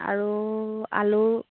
আৰু আলু